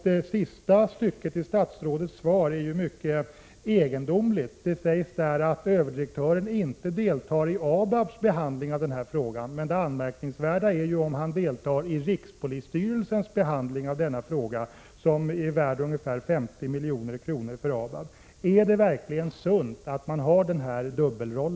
Det sista stycket i statsrådets svar är särskilt egendomligt. Det sägs där att överdirektören inte deltar i ABAB:s behandling av denna fråga. Det anmärkningsvärda är ju om han deltar i rikspolisstyrelsens behandling av denna fråga, som är värd 50 milj.kr. för ABAB. Därom säger statsrådet ingenting. Är det verkligen sunt att överdirektören har denna dubbelroll?